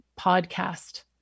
podcast